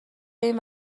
این